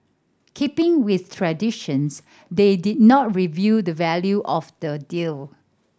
keeping with traditions they did not reveal the value of the deal